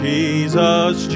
Jesus